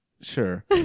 Sure